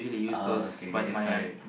oh okay okay sorry